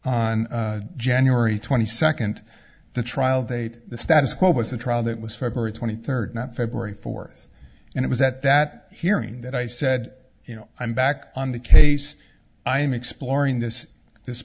on january twenty second the trial date the status quo was a trial that was february twenty third not february fourth and it was at that hearing that i said you know i'm back on the case i am exploring this this